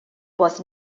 was